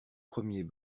premiers